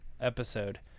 episode